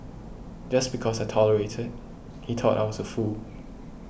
just because I tolerated he thought I was a fool